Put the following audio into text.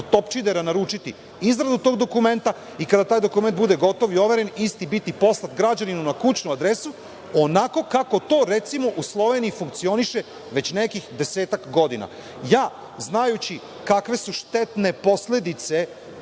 Topčidera naručiti izradu tog dokumenta i kada taj dokument bude gotov i overen, isti biti poslat građaninu na kućnu adresu onako kako to, recimo, u Sloveniji funkcioniše već nekih desetak godina. Ja, znajući kakve su štetne posledice